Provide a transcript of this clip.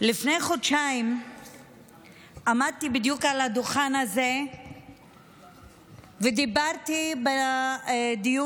לפני חודשיים עמדתי בדיוק על הדוכן הזה ודיברתי בדיון